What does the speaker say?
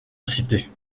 cité